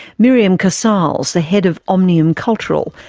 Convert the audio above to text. miriam casals, the head of omnium cultural,